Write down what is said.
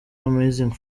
amazing